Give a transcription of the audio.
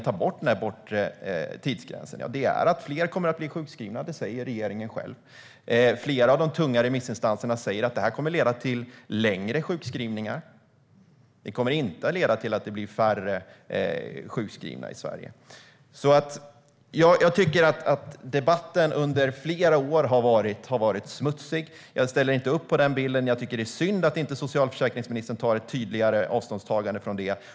Vi ser att det kommer att leda till att fler kommer att bli sjukskrivna. Det säger regeringen själv. Flera tunga remissinstanser säger att det kommer att leda till längre sjukskrivningar. Det kommer inte att leda till att det blir färre sjukskrivna i Sverige. Jag tycker att debatten under flera år har varit smutsig. Jag ställer inte upp på den bilden. Jag tycker att det är synd att socialförsäkringsministern inte tydligare tar avstånd från det.